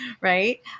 right